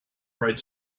bright